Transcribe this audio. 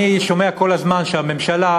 אני שומע כל הזמן שהממשלה,